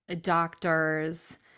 doctors